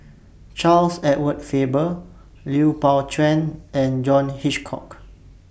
Charles Edward Faber Lui Pao Chuen and John Hitchcock